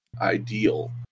ideal